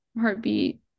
heartbeat